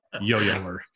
yo-yoer